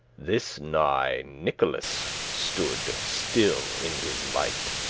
this nigh nicholas stood still in his light.